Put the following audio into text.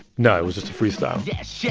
no, it was just a freestyle yes, yeah